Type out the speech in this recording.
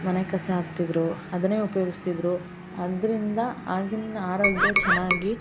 ಮನೆ ಕಸ ಹಾಕ್ತಿದ್ದರು ಅದನ್ನೇ ಉಪಯೋಗಿಸ್ತಿದ್ರು ಆದ್ರಿಂದ ಆಗಿನ ಆರೋಗ್ಯ ಚೆನ್ನಾಗಿ